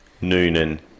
Noonan